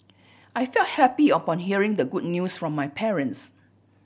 I felt happy upon hearing the good news from my parents